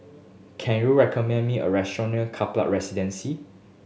can you recommend me a restaurant near Kaplan Residence